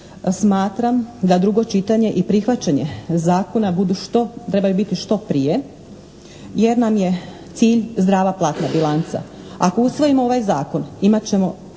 smatram da drugo čitanje i prihvaćanje zakona trebaju biti što prije jer nam je cilj zdrava platna bilanca. Ako usvojimo ovaj Zakon imat ćemo